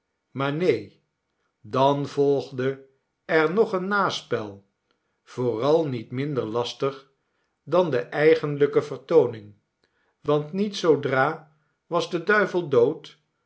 maar neen dan volgde er nog een naspel vooral niet minder lastig dan de eigenlijke vertooning want niet zoodra was de duivel dood